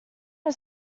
had